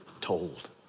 told